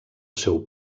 seu